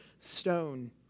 stone